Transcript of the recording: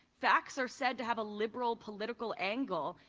facts are said to have a liberal political angle,